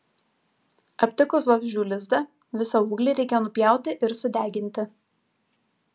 aptikus vabzdžių lizdą visą ūglį reikia nupjauti ir sudeginti